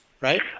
right